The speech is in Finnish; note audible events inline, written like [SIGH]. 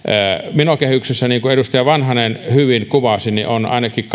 menokehyksessä niin kuin edustaja vanhanen hyvin kuvasi on ainakin [UNINTELLIGIBLE]